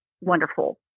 wonderful